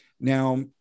Now